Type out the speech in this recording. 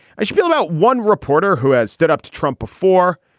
i speak about one reporter who has stood up to trump before.